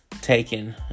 taken